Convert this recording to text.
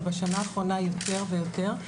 אבל בשנה האחרונה יותר ויותר,